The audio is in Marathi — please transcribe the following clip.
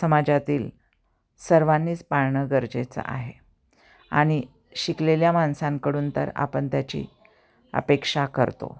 समाजातील सर्वांनीच पाळणं गरजेचं आहे आणि शिकलेल्या माणसांकडून तर आपण त्याची अपेक्षा करतो